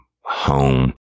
home